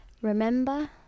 Remember